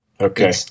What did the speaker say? Okay